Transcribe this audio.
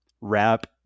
wrap